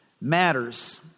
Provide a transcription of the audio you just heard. matters